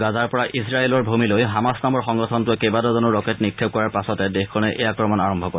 গাজাৰ পৰা ইজৰাইলৰ ভমিলৈ হামাছ নামৰ সংগঠনটোৱে কেইবাডজনো ৰকেট নিক্ষেপ কৰাৰ পাছতে দেশখনে এই আক্ৰমণ আৰম্ভ কৰে